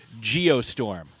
Geostorm